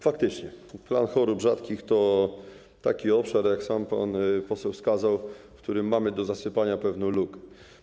Faktycznie plan dla chorób rzadkich to taki obszar, jak sam pan poseł wskazał, w którym mamy do zasypania pewną lukę.